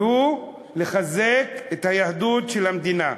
והוא לחזק את היהדות של המדינה.